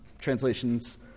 translations